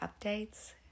updates